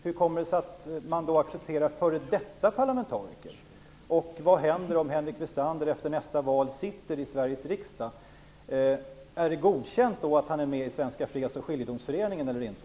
Hur kommer det sig att man då accepterar f.d. parlamentariker? Vad händer om Henrik Westander sitter i Sveriges riksdag efter nästa val? Är det då godkänt att han är med i Svenska Freds och Skiljedomsföreningen eller inte?